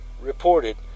reported